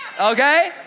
okay